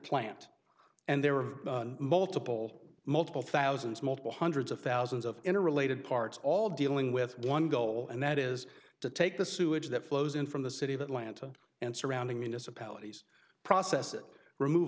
plant and there are multiple multiple thousands multiple hundreds of thousands of interrelated parts all dealing with one goal and that is to take the sewage that flows in from the city of atlanta and surrounding municipalities process it remove